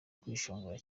kwishongora